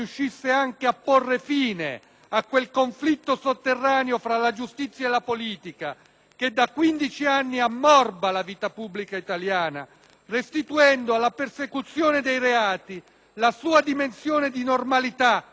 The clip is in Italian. che da 15 anni ammorba la vita pubblica italiana, restituendo alla persecuzione dei reati la sua dimensione di normalità scevra da sovrastrutture ideologiche e al confronto politico la sua dignità,